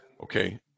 okay